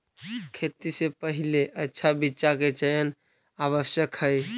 खेती से पहिले अच्छा बीचा के चयन आवश्यक हइ